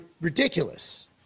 ridiculous